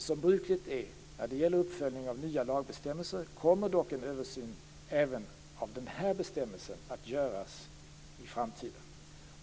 Som brukligt är när det gäller uppföljning av nya lagbestämmelser kommer dock en översyn även av den här bestämmelsen att göras i framtiden.